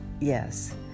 yes